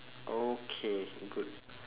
okay good